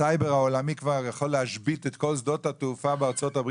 הסייבר העולמי כבר יכול להשבית את כל שדות התעופה בארצות הברית